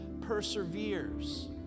perseveres